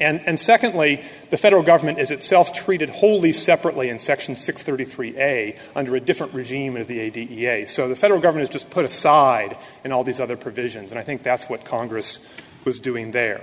and secondly the federal government is itself treated wholly separately in section six thirty three a under a different regime of the a t f so the federal government just put aside and all these other provisions and i think that's what congress was doing there